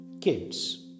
kids